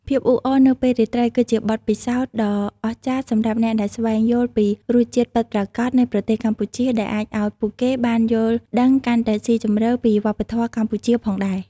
ភាពអ៊ូអរនៅពេលរាត្រី គឺជាបទពិសោធន៍ដ៏អស្ចារ្យសម្រាប់អ្នកដែលស្វែងយល់ពីរសជាតិពិតប្រាកដនៃប្រទេសកម្ពុជា ដែលអាចឱ្យពួកគេបានយល់ដឹងកាន់តែស៊ីជម្រៅពីវប្បធម៏កម្ពុជាផងដែរ